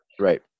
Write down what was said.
Right